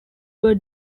were